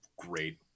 great